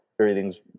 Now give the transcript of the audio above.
Everything's